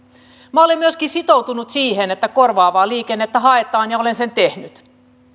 olen myöskin sitoutunut siihen että korvaavaa liikennettä haetaan ja olen sen tehnyt